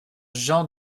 jean